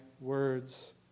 words